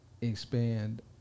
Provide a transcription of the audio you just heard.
Expand